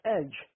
Edge